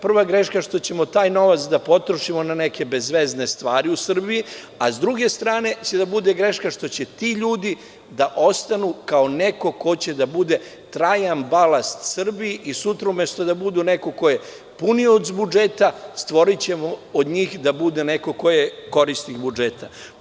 Prva greška što ćemo taj novac da potrošimo na neke bezvezne stvari u Srbiji, a s druge strane će da bude greška što će ti ljudi da ostanu kao neko ko će da bude trajan balast Srbiji i sutra, umesto da budu neko ko je punioc budžeta stvorićemo od njih da bude neko ko je korisnik budžeta.